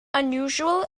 unusual